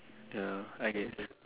ya okay